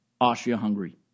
Austria-Hungary